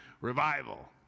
Revival